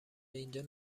اینجا